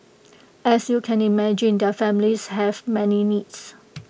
as you can imagine their families have many needs